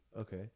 okay